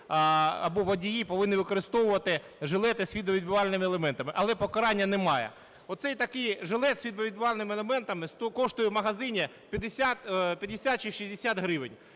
або водії, повинні використовувати жилети із світловідбивальними елементами, але покарання немає. Оцей, такий жилет із світловідбивальними елементами коштує у магазині 50 чи 60 гривень.